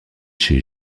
chez